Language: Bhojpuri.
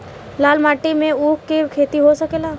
लाल माटी मे ऊँख के खेती हो सकेला?